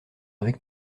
avec